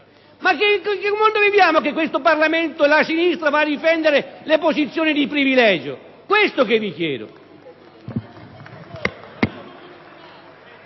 In che mondo viviamo se questo Parlamento e la sinistra vanno a difendere le posizioni di privilegio? Questo vi chiedo!